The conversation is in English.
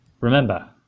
Remember